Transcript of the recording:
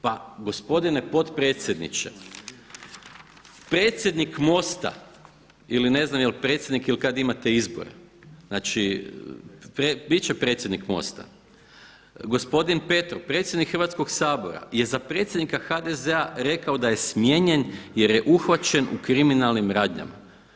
Pa gospodine potpredsjedniče predsjednik MOST-a ili ne znam jel predsjednik ili kad imate izbore, znači bit će predsjednik MOST-a gospodin Petrov, predsjednik Hrvatskog sabora je za predsjednika HDZ-a rekao da je smijenjen jer je uhvaćen u kriminalnim radnjama.